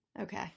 Okay